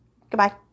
Goodbye